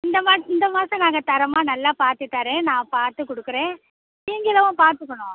இந்த மா இந்த மாசம் நாங்கள் தரேன் நல்லா பார்த்து தரேன் நான் பார்த்து கொடுக்குறேன் நீங்களும் பார்த்துக்கணும்